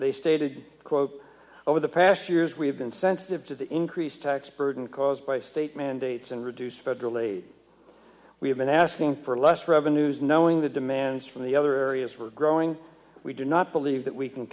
they stated quote over the past years we have been sensitive to the increased tax burden caused by state mandates and reduce federal aid we have been asking for less revenues knowing the demands from the other areas for growing we do not believe that we can